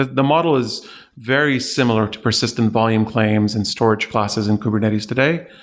ah the model is very similar to persistent volume claims and storage classes in kubernetes today,